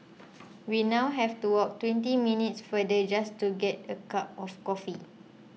we now have to walk twenty minutes farther just to get a cup of coffee